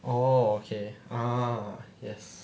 oh okay ah yes